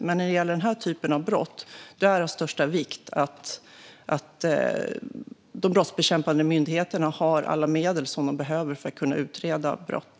Men när det gäller den här typen av brott är det av största vikt att de brottsbekämpande myndigheterna har alla medel som de behöver för att kunna utreda brott.